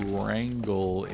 wrangle